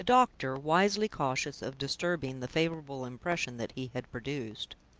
the doctor, wisely cautious of disturbing the favorable impression that he had produced,